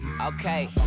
Okay